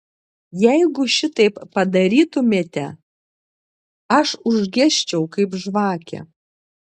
jeigu šitaip padarytumėte aš užgesčiau kaip žvakė